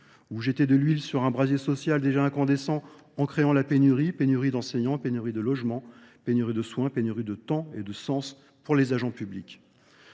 Ou jeter de l'huile sur un brasier social déjà incandescent en créant la pénurie ? Pénurie d'enseignants, pénurie de logements, pénurie de soins, pénurie de temps et de sens pour les agents publics.